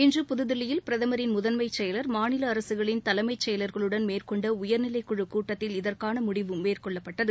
இன்று புதுதில்லியில் பிரதமரின் முதன்மைச் செயலர் மாநில அரசுகளின் தலைமைச் செயலர்களுடன் மேற்கொண்ட உயர்நிலைக் குழு கூட்டத்தில் இதற்கான முடிவு மேற்கொள்ளப்பட்டது